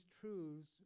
truths